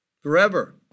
forever